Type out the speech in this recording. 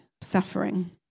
suffering